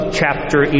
chapter